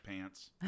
pants